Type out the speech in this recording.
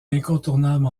incontournable